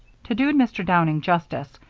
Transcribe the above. to do mr. downing justice,